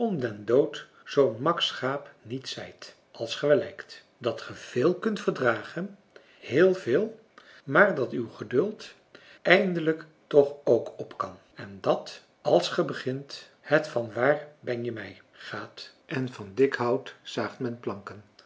den dood zoo'n mak schaap niet zijt als ge wel lijkt dat ge veel kunt verdragen heel veel maar dat uw geduld eindelijk toch ook op kan en dat als ge begint het van waar ben je mij gaat en van dik hout zaagt men planken